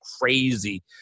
crazy